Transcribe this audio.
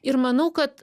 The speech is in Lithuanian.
ir manau kad